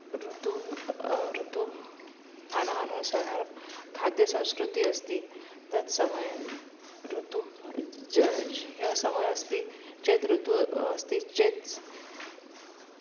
ऋतून् ऋतुमान अनुसारं खाद्यसंस्कृतिः अस्ति तत् समयः ऋतुः यः यः समयः अस्ति चेत् ऋतुः अस्ति चेत्सः